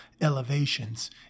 elevations